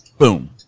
Boom